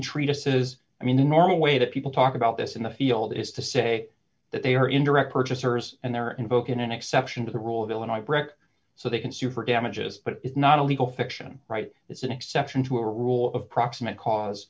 treatises i mean the normal way that people talk about this in the field is to say that they are indirect purchasers and they're invoking an exception to the rule of illinois brecht so they can sue for damages but it's not a legal fiction right it's an exception to a rule of proximate